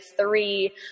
three